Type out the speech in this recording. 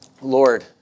Lord